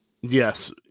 Yes